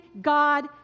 god